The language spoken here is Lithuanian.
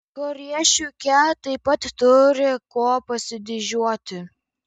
korėjiečių kia taip pat turi kuo pasididžiuoti